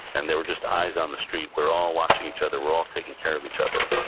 and there were just eyes on the street. we're all watching each other, we're all taking care of each other.